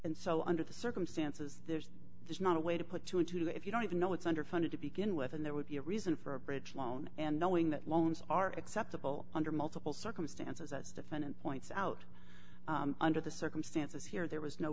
and so under the circumstances there's there's not a way to put you into it if you don't even know it's underfunded to begin with and there would be a reason for a bridge loan and knowing that loans are acceptable under multiple circumstances as defendant points out under the circumstances here there was no